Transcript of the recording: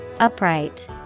Upright